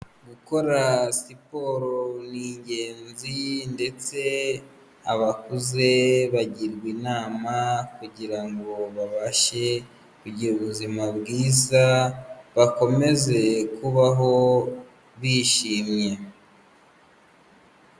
Gukora siporo ni ingenzi ndetse abakuze bagirwa inama kugira ngo babashe kugira ubuzima bwiza bakomeze kubaho bishimye.